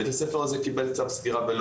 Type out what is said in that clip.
בית הספר הזה קיבל צו סגירה.